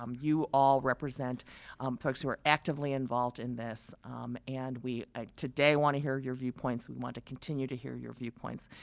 um you all represent folks who are actively involved in this and we ah today want to hear your viewpoints, want to continue to hear your viewpoints.